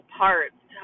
parts